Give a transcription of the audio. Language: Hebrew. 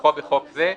כנוסחו בחוק זה,